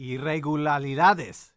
Irregularidades